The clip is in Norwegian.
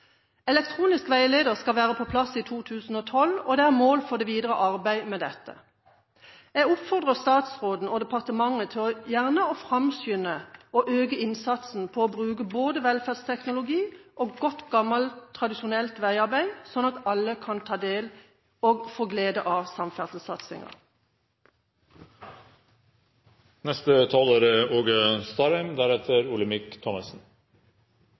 Elektronisk veileder skal være på plass i 2012, og det er mål for det videre arbeidet med dette. Jeg oppfordrer statsråden og departementet til gjerne å framskynde og øke innsatsen på bruk av både velferdsteknologi og godt, gammelt, tradisjonelt veiarbeid, sånn at alle kan ta del i og få glede av